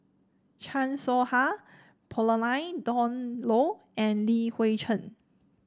Chan Soh Ha Pauline Dawn Loh and Li Hui Cheng